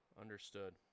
Understood